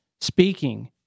speaking